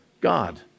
god